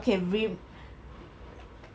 okay re~